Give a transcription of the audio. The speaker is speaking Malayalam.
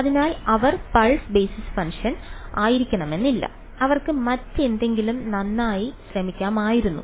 അതിനാൽ അവർ പൾസ് ബേസിസ് ഫംഗ്ഷൻ ആയിരിക്കണമെന്നില്ല അവർക്ക് മറ്റെന്തെങ്കിലും നന്നായി ശ്രമിക്കാമായിരുന്നു